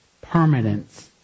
permanence